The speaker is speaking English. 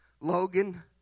logan